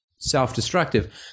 self-destructive